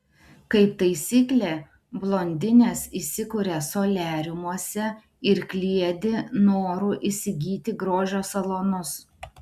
kaip taisyklė blondinės įsikuria soliariumuose ir kliedi noru įsigyti grožio salonus